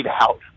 out